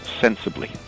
sensibly